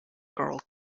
girl